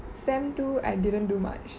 sem two I didn't do much